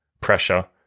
pressure